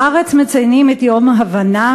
בארץ מציינים את יום ההבנה,